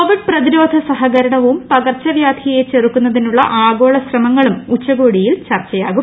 Covid പ്രതിരോധ സഹകരണവും പ്രക്യർച്ചവ്യാധിയെ ചെറുക്കുന്നതിനുള്ള ആഗോള ശ്രമങ്ങളും ഉച്ചക്ടോടിയിൽ ചർച്ചയാകും